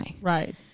Right